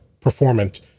performant